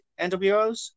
NWOs